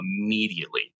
immediately